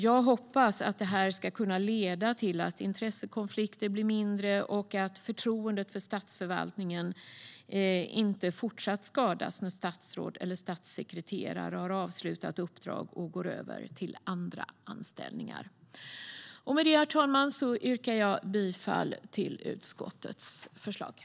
Jag hoppas att detta ska leda till att intressekonflikterna blir färre och att förtroendet för statsförvaltningen inte fortsatt skadas när statsråd eller statssekreterare har avslutat sitt uppdrag och går över till andra anställningar.